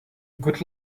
good